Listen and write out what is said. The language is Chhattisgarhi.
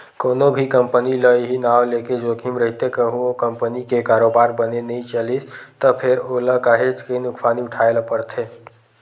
कोनो भी कंपनी ल इहीं नांव लेके जोखिम रहिथे कहूँ ओ कंपनी के कारोबार बने नइ चलिस त फेर ओला काहेच के नुकसानी उठाय ल परथे